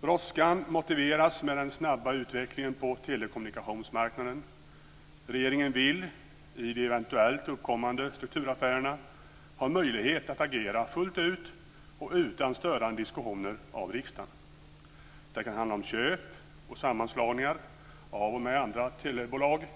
Brådskan motiveras av den snabba utvecklingen på telekommunikationsmarknaden. Regeringen vill, i de eventuellt uppkommande strukturaffärerna, ha möjlighet att agera fullt ut och utan störande diskussioner i riksdagen. Det kan handla om köp och sammanslagningar av och med andra telebolag.